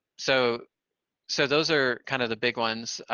so so those are kind of the big ones.